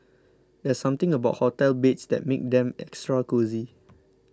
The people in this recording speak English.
there's something about hotel beds that makes them extra cosy